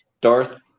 darth